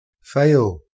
Fail